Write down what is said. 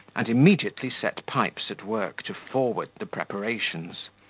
and immediately set pipes at work to forward the preparations.